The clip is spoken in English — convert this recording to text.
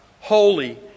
holy